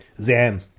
Zan